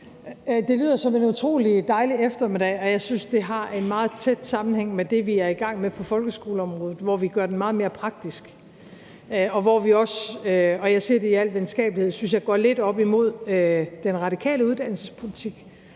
Det lyder som en utrolig dejlig eftermiddag, og jeg synes, det har en meget tæt sammenhæng med det, vi er i gang med på folkeskoleområdet, hvor vi gør den meget mere praktisk, og hvor vi også – og jeg siger det i al venskabelighed – synes jeg, går lidt op imod den radikale uddannelsespolitik,